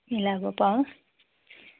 মিলাব পাৰোঁ